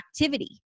activity